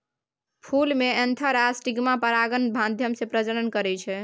फुल मे एन्थर आ स्टिगमा परागण माध्यमे प्रजनन करय छै